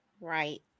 right